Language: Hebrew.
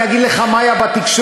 אני אגיד לך מה היה בתקשורת.